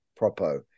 Propo